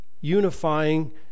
Unifying